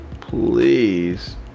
please